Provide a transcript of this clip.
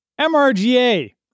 MRGA